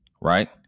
right